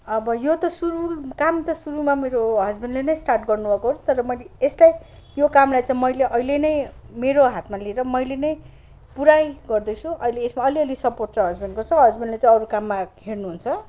अब यो त सुरु काम त सुरूमा मेरो हस्बेन्डले नै स्टार्ट गर्नुभएको तर यसलाई यो कामलाई चाहिँ मैले अहिले नै मेरो हातमा लिएर मैले नै पुरै गर्दैछु यसमा अलिअलि सपोर्ट चाहिँ हस्बेन्डको छ हस्बेन्डले चाहिँ अरू काममा हेर्नुहुन्छ